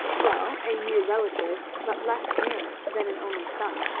well, a near relative, but less near than an only son.